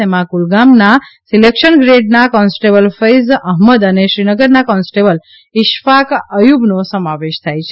તેમાં કુલગામના સિલેક્શન ગ્રેડના કોન્સ્ટેબલ ફૈઝ અહમદ અને શ્રીનગરના કોન્સ્ટેબલ ઇશફાક અયુબનો સમાવેશ થાય છે